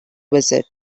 visit